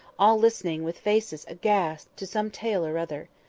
all listening with faces aghast to some tale or other.